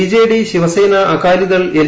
BJD Shiv Sena Akali Dal L